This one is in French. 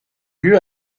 lieu